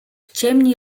ciemni